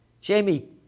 Jamie